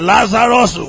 Lazarus